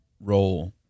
role